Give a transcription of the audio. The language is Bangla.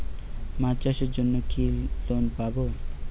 মাছ চাষের জন্য কি লোন পাব?